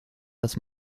das